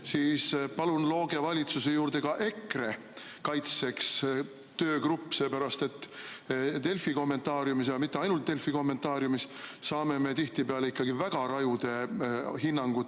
siis palun looge valitsuse juurde ka EKRE kaitseks töögrupp, seepärast et Delfi kommentaariumis – ja mitte ainult Delfi kommentaariumis – saame me tihtipeale ikkagi väga rajude hinnangute